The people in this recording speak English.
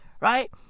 Right